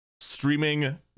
Streaming